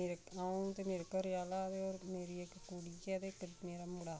मेरे आ'ऊं ते मेरे घरा आह्ला ते होर मेरी इक मेरी कुड़ी ऐ ते इक मेरा मुड़ा